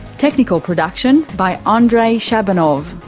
technical production by andrei shabunov,